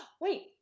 wait